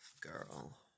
girl